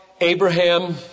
Abraham